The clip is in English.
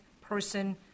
person